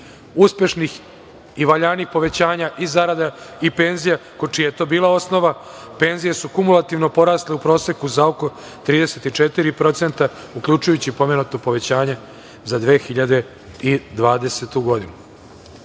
uspešnih i valjanih povećanja i zarada i penzija, čija je to bila osnova, penzije su kumulativno porasle u proseku za oko 34%, uključujući pomenuto povećanje za 2020. godinu. Kada